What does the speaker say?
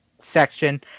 section